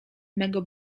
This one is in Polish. mego